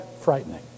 frightening